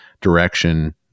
direction